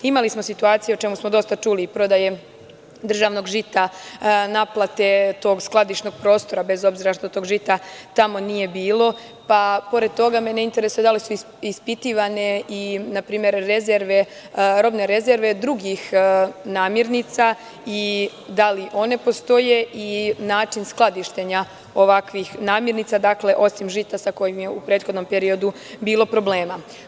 Imali smo situacije, o čemu smo dosta čuli, prodaja državnog žita, naplata tog skladišnog prostora bez obzira što tog žita tamo nije bilo, pa pored toga me interesuje da li su ispitivane i robne rezerve drugih namirnica i da li one postoje i način skladištenja ovakvih namirnica, dakle, osim žita sa kojim je u prethodnom periodu bilo problema?